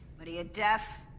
what are ya deaf?